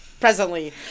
presently